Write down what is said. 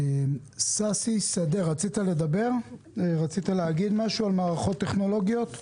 ששי שדה, רצית להגיד משהו על מערכות טכנולוגיות?